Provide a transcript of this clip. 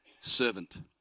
servant